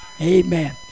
amen